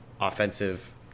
offensive –